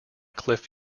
cliff